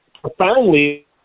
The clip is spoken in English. profoundly